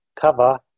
cover